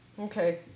Okay